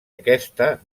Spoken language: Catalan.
aquesta